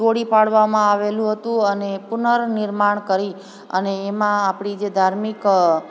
તોડી પાડવામાં આવેલું હતું અને પુન નિર્માણ કરી અને એમાં આપણી જે ધાર્મિક